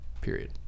Period